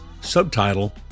Subtitle